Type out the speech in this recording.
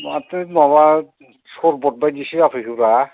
माथो माबा सरभट बादिसो जाफैखोब्रा